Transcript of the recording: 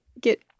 get